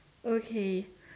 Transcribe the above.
okay